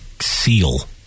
seal